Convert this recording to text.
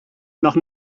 noch